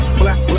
black